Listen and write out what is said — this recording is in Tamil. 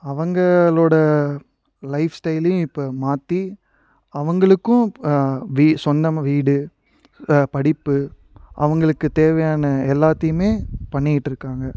அவங்களோட லைஃப்ஸ்டைலையும் இப்போ மாற்றி அவங்களுக்கும் வீ சொந்தமாக வீடு படிப்பு அவங்களுக்குத் தேவையான எல்லாத்தேயுமே பண்ணிக்கிட்டிருக்காங்க